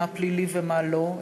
מה פלילי ומה לא,